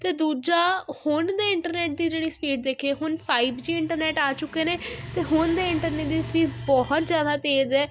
ਅਤੇ ਦੂਜਾ ਹੁਣ ਦੇ ਇੰਟਰਨੈਟ ਦੀ ਜਿਹੜੀ ਸਪੀਡ ਦੇਖੀਏ ਹੁਣ ਫਾਈਵ ਜੀ ਇੰਟਰਨੈਟ ਆ ਚੁੱਕੇ ਨੇ ਅਤੇ ਹੁਣ ਦੇ ਇੰਟਰਨੈਟ ਦੀ ਸਪੀਡ ਬਹੁਤ ਜ਼ਿਆਦਾ ਤੇਜ਼ ਹੈ